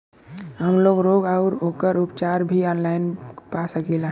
हमलोग रोग अउर ओकर उपचार भी ऑनलाइन पा सकीला?